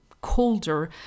colder